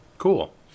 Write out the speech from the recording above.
Cool